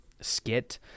skit